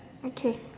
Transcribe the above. okay